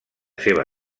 seva